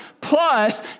plus